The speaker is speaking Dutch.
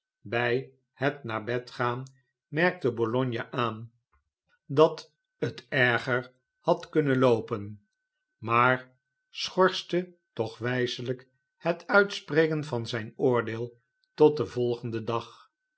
bij het naar bed gaan merkte bologna jozep grimaldi aan dat het erger had kunnen loopen maar schorste toch wijselijk het uitspreken van zijn oordeel tot den volgenden dag